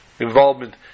involvement